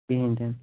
کِہیٖنٛۍ تہِ نہٕ